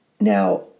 Now